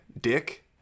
Dick